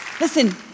listen